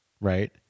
right